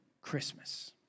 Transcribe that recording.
Christmas